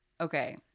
Okay